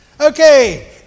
Okay